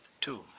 Two